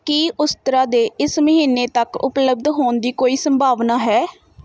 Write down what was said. ਕੀ ਉਸਤਰਾ ਦੇ ਇਸ ਮਹੀਨੇ ਤੱਕ ਉਪਲਬਧ ਹੋਣ ਦੀ ਕੋਈ ਸੰਭਾਵਨਾ ਹੈ